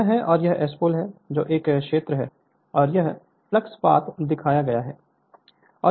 ये हैं और यह S पोल है जो एक क्षेत्र है और यह फ्लक्स पथ दिखाया गया है